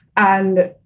and,